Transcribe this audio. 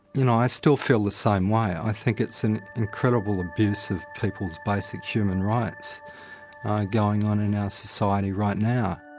you know i still feel the same way, i think it's an incredible abuse of people's basic human rights going on in our society right now.